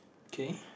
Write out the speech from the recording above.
K